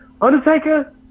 Undertaker